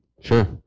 Sure